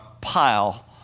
pile